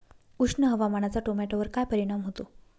उष्ण हवामानाचा टोमॅटोवर काय परिणाम होतो?